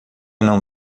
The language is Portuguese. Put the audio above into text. não